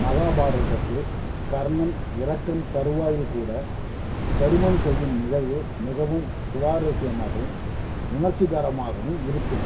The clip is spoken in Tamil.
மகாபாரதத்தில் கர்ணன் இறக்கும் தருவாயில் கூட தருமம் செய்யும் நிகழ்வு மிகவும் சுவாரஸ்யமாகவும் உணர்ச்சிகரமாகவும் இருக்கும்